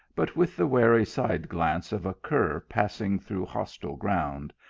but with the wary side glance of a cur passing through hostile grounds,